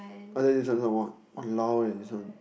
ah there is one this one !walao! eh this one